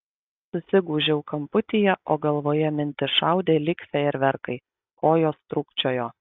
susigūžiau kamputyje o galvoje mintys šaudė lyg fejerverkai kojos trūkčiojo